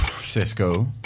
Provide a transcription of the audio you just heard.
Cisco